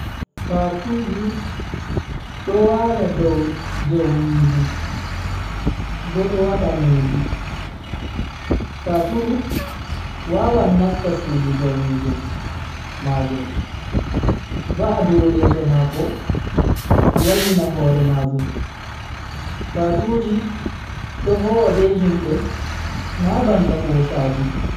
Patuuji do wala dow jaumijum bo do wada nedi. faturu wawan nasta sudu jaumijum majum va'a do leso mako wallina hore majum. patuuji do vowa be himbe na banta bosaaji.